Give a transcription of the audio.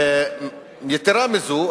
יתירה מזו,